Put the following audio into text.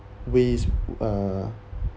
ways uh